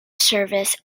service